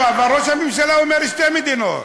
לא, אבל ראש הממשלה אומר "שתי מדינות".